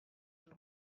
und